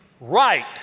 right